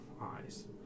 eyes